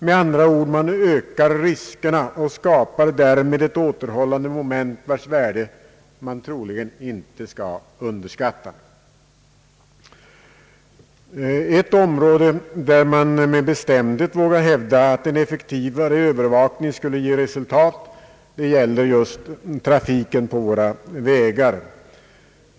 Med andra ord ökar man riskerna och skapar därmed ett återhållande moment, vars värde troligen inte skall underskattas. Ett område där man med bestämdhet vågar hävda att en effektivare övervakning skulle ge resultat är just trafiken på våra vägar.